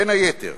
בין היתר,